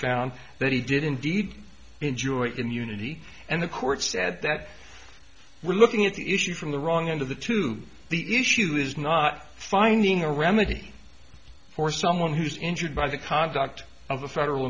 found that he did indeed enjoy immunity and the court said that we're looking at the issue from the wrong end of the two the issue is not finding a remedy for someone who's injured by the conduct of a federal